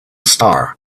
star